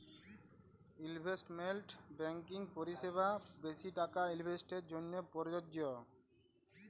investment banking পরিসেবা বেশি টাকা ইলভেস্টের জ্যনহে পরযজ্য